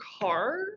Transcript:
car